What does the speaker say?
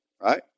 right